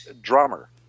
drummer